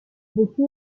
vécut